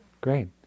Great